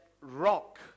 rock